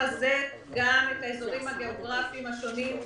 שמחזק גם את האזורים הגיאוגרפיים השונים,